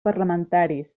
parlamentaris